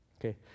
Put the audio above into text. Okay